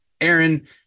Aaron